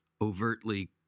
overtly